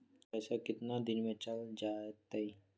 पैसा कितना दिन में चल जतई?